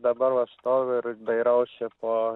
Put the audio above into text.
dabar va stoviu ir dairausi po